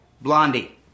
Blondie